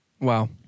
Wow